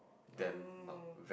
oh